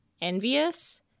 envious